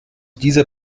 dieser